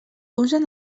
usen